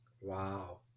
wow